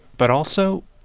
but also,